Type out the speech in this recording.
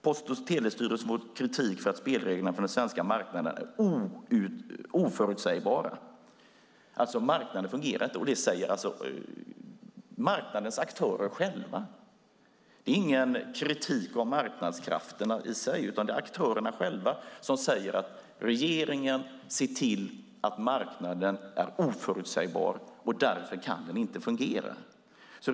Post och telestyrelsen får kritik för att spelreglerna på den svenska marknaden är oförutsägbara. Marknaden fungerar alltså inte. Och det är marknadens aktörer själva som säger det! Det är ingen kritik av marknadskrafterna i sig, utan det är aktörerna själva som säger att regeringen ser till att marknaden är oförutsägbar, och därför kan den inte fungera.